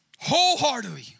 wholeheartedly